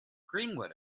greenwood